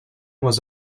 was